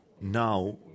now